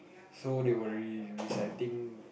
so they were re reciting